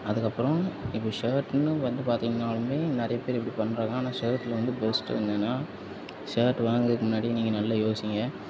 அதற்கப்பறம் இப்போ ஷர்ட்ன்னு வந்து பார்த்தீங்கன்னாலுமே நிறைய பேர் இப்படி பண்ணுறாங்க ஆனால் ஷர்ட்டில் வந்து பெஸ்ட்டு என்னென்னா ஷர்ட் வாங்குறதுக்கு முன்னாடி நீங்கள் நல்ல யோசிங்க